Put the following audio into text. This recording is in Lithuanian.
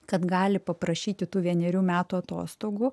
kad gali paprašyti tų vienerių metų atostogų